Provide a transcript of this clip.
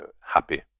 happy